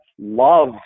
Love